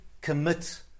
commit